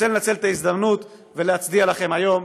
רוצה לנצל את ההזדמנות ולהצדיע לכם היום,